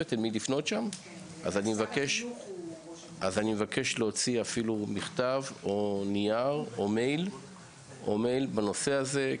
אבקש להוציא מכתב או מייל בנושא הזה.